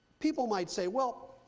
people might say, well,